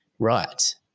right